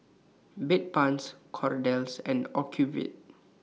Bedpans Kordel's and Ocuvite